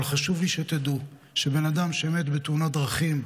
אבל חשוב לי שתדעו שבן אדם שמת בתאונת דרכים,